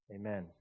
Amen